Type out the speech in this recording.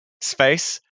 space